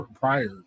prior